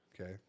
okay